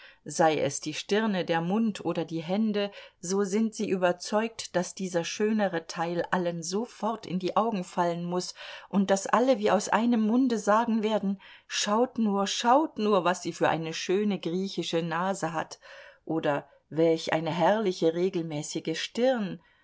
sei es die stirne der mund oder die hände so sind sie überzeugt daß dieser schönere teil allen sofort in die augen fallen muß und daß alle wie aus einem munde sagen werden schaut nur schaut nur was sie für eine schöne griechische nase hat oder welch eine herrliche regelmäßige stirn